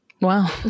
Wow